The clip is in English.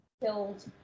killed